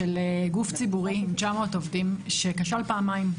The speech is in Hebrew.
של גוף ציבורי עם 900 עובדים שכשל פעמיים.